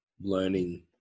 learning